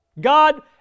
God